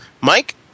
Mike